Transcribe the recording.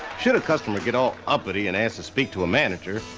should a customer get all uppity and ask to speak to a manager,